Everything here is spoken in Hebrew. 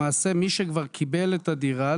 למעשה מי שקיבל את הדירה,